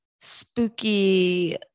spooky